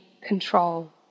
control